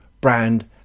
brand